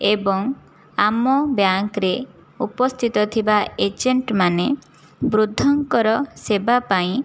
ଏବଂ ଆମ ବ୍ୟାଙ୍କ୍ରେ ଉପସ୍ଥିତ ଥିବା ଏଜେଣ୍ଟମାନେ ବୃଦ୍ଧଙ୍କର ସେବା ପାଇଁ